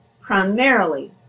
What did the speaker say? primarily